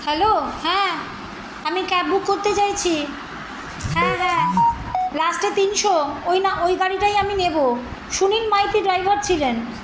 hello হ্যাঁ আমি cab book করতে চাইছি হ্যাঁ হ্যাঁ লাস্টে তিনশো ওই না ওই গাড়িটাই আমি নেবো সুনীল মাইতি ড্রাইভার ছিলেন